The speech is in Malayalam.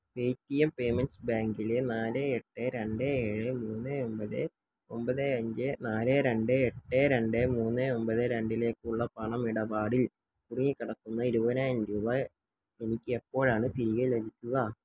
പേ ടി എം പേയ്മെന്റ്സ് ബാങ്കിലെ നാല് എട്ട് രണ്ട് ഏഴ് മൂന്ന് ഒമ്പത് ഒമ്പത് അഞ്ച് നാല് രണ്ട് എട്ട് രണ്ട് മൂന്ന് ഒമ്പത് രണ്ടിലേക്കുള്ള പണം ഇടപാടിൽ കുടുങ്ങിക്കിടക്കുന്ന ഇരുപതിനായിരം രൂപ എനിക്ക് എപ്പോഴാണ് തിരികെ ലഭിക്കുക